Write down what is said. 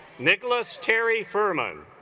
nicholas terry fuhrman